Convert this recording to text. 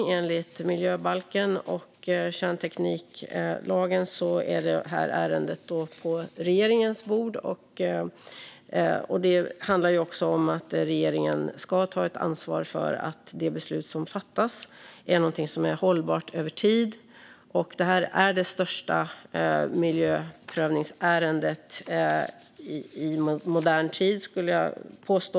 I enlighet med miljöbalken och kärntekniklagen ligger ärendet på regeringens bord. Det handlar också om att regeringen ska ta ett ansvar för att det beslut som fattas är någonting som är hållbart över tid. Detta är det största miljöprövningsärendet i modern tid, skulle jag påstå.